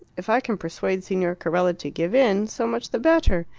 if i can persuade signor carella to give in, so much the better.